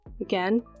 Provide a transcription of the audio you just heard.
Again